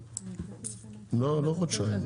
לא, לא חודשיים.